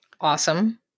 Awesome